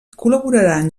col·laboraran